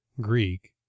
Greek